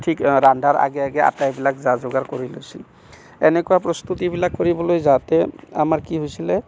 ঠিক ৰন্ধাৰ আগে আগে আটাইবিলাক যা যোগাৰ কৰি লৈছিল এনেকুৱা প্ৰস্তুতিবিলাক কৰিবলৈ যাওঁতে আমাৰ কি হৈছিলে